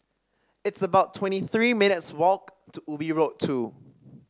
it's about twenty three minutes' walk to Ubi Road Two